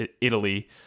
Italy